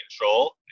control